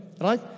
right